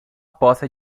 poça